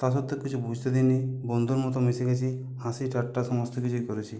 তা সত্ত্বেও কিছু বুঝতে দিইনি বন্ধুর মতো মিশে গিয়েছি হাসি ঠাট্টা সমস্ত কিছুই করেছি